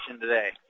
today